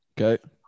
Okay